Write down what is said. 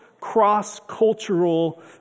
cross-cultural